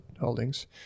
holdings